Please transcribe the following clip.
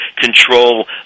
control